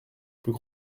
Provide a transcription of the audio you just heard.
plus